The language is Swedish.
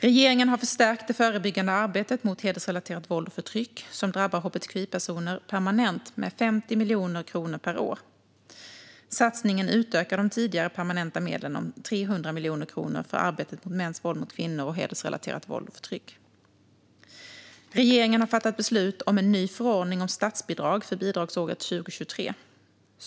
Regeringen har förstärkt det förebyggande arbetet mot hedersrelaterat våld och förtryck som drabbar hbtqi-personer permanent med 50 miljoner kronor per år. Satsningen utökar de sedan tidigare permanenta medlen om 300 miljoner kronor för arbetet mot mäns våld mot kvinnor och hedersrelaterat våld och förtryck. Regeringen har fattat beslut om en ny förordning om statsbidrag för bidragsåret 2023.